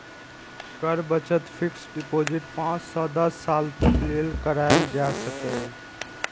कर बचत fixed deposit पांच सं दस साल तक लेल कराएल जा सकैए